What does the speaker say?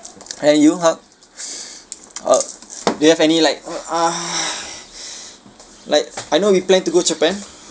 and you how uh do you have any like uh like I know we plan to go japan